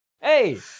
Hey